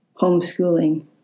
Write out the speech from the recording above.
homeschooling